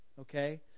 Okay